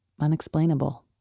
unexplainable